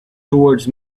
towards